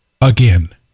again